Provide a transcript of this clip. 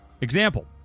Example